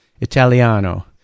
Italiano